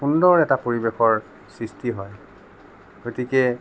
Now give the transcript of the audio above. সুন্দৰ এটা পৰিৱেশৰ সৃষ্টি হয় গতিকে